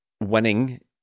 winning